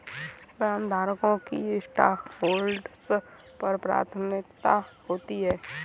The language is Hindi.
बॉन्डधारकों की स्टॉकहोल्डर्स पर प्राथमिकता होती है